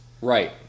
Right